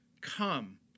Come